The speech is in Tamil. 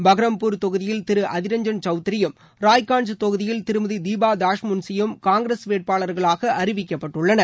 பஹ்ரம்பூர் தொகுதியில் திரு அதிரஞ்சள் கவுத்ரியும் ரய்காள்ச் தொகுதியில் திருமதி தீபா தாஷ்முன்சியும் காங்கிரஸ் வேட்பாளர்களாக அறிவிக்கப்பட்டுள்ளனர்